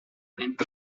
and